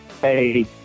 hey